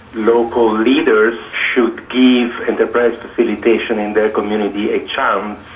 local leaders should give enterprise facilitation in their community a chance um